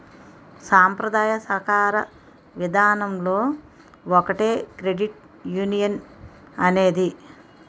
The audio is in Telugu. సాంప్రదాయ సాకార విధానంలో ఒకటే క్రెడిట్ యునియన్ అనేది